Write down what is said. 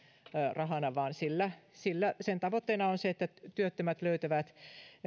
rahana vaan sen tavoitteena on se että työttömät löytävät